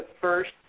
first